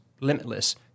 limitless